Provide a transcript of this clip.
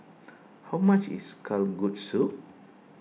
how much is Kalguksu